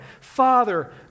Father